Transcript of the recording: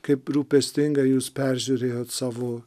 kaip rūpestingai jūs peržiūrėjot savo